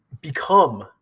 become